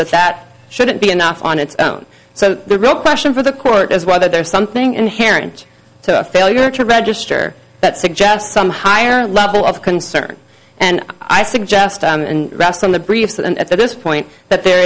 that that shouldn't be enough on its own so the real question for the court is whether there's something inherent to a failure to register that suggests some higher level of concern and i suggest that's from the brief that at this point that there